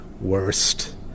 worst